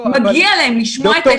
מגיע להם לשמוע את ההסברים.